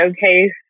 showcase